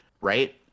right